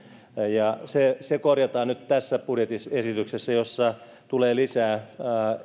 se se korjataan nyt tässä budjettiesityksessä jossa tulee lisää